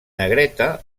negreta